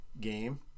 game